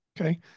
Okay